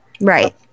Right